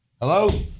Hello